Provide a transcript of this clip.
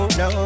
no